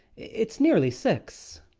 it's nearly six,